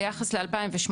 ביחס ל-2018,